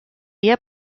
dia